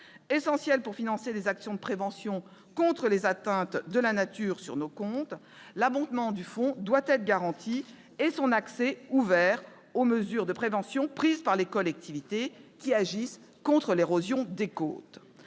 essentiel pour financer les actions de prévention contre les atteintes de la nature sur nos côtes, doit être garanti et son accès doit être ouvert aux mesures de prévention prises par les collectivités qui agissent contre l'érosion des côtes.